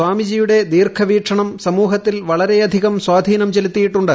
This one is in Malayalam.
സ്വാമിജിയുടെ ദീർഘവീക്ഷണം സമൂഹത്തിൽ വളരെയധികം സ്വാധീനം ചെലുത്തിയിട്ടുണ്ട്